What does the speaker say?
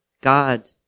God